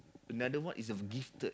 another one is a gifted